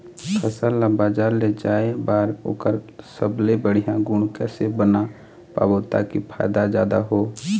फसल ला बजार ले जाए बार ओकर सबले बढ़िया गुण कैसे बना पाबो ताकि फायदा जादा हो?